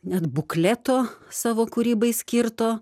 net bukleto savo kūrybai skirto